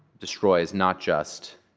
destroys not just